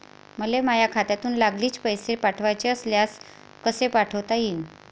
मले माह्या खात्यातून लागलीच पैसे पाठवाचे असल्यास कसे पाठोता यीन?